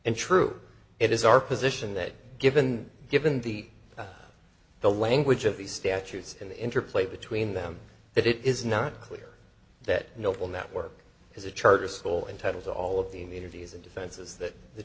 and true it is our position that given given the the language of the statutes and interplay between them that it is not clear that noble network has a charter school entitled to all of the interviews and defenses that the